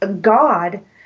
God